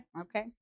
Okay